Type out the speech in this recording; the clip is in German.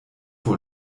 wohl